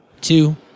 two